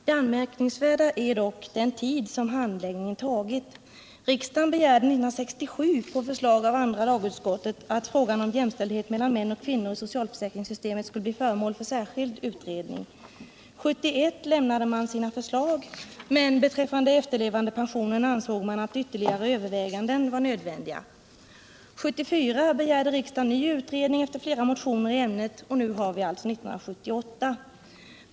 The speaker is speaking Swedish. Det anmärkningsvärda är dock den tid som handläggningen tagit. Riksdagen begärde 1967 på förslag av andra lagutskottet att frågan om jämställdhet mellan män och kvinnor i socialförsäkringssystemet skulle bli föremål för särskild utredning. 1971 lämnade man sina förslag, men beträffande efterlevandepensionen ansåg man att ytterligare överväganden var nödvändiga. 1974 begärde riksdagen ny utredning efter flera motioner i ämnet. Och nu har vi alltså 1978.